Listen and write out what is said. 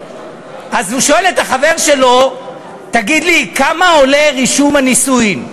והוא שואל את החבר שלו: תגיד לי כמה עולה רישום הנישואים?